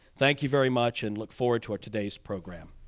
thank you very much and look forward to today's program.